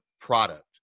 product